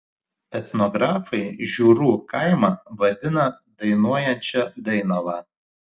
etnografai žiūrų kaimą vadina dainuojančia dainava